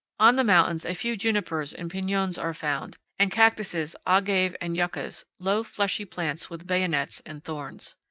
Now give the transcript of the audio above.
on the mountains a few junipers and pinons are found, and cactuses, agave, and yuccas, low, fleshy plants with bayonets and thorns.